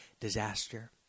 disaster